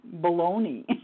baloney